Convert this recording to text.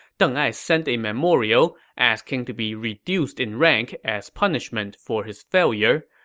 deng ai sent a memorial asking to be reduced in rank as punishment for his failure.